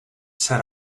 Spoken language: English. set